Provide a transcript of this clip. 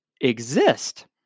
exist